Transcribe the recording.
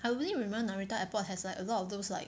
I only remember Narita airport has like a lot of those like